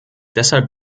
deshalb